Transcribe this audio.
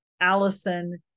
Allison